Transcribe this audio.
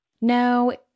No